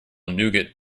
nougat